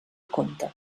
conte